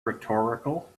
rhetorical